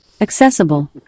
accessible